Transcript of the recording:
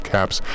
Caps